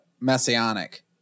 messianic